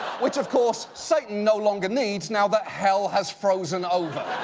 which, of course, satan no longer needs now that hell has frozen over.